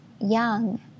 young